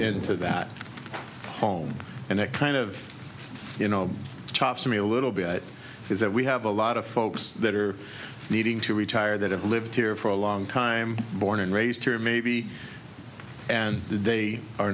into that home and it kind of you know chops me a little bit is that we have a lot of folks that are needing to retire that have lived here for a long time born and raised here maybe and they are